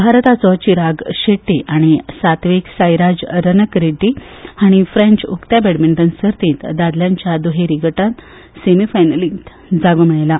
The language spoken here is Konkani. भारताचो चिराग शेट्टी आनी सात्वीक साईराज रनक रेड्डी हांणी फ्रेंच उकत्या बॅडमिंटन सर्तींत दादल्यांच्या दुहेरी गटांत सेमीफायनलींत जागो मेळयला